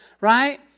right